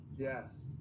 Yes